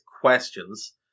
questions